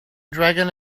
dragon